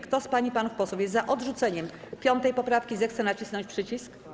Kto z pań i panów posłów jest za odrzuceniem 5. poprawki, zechce nacisnąć przycisk.